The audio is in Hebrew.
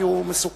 כי הוא מסוכן.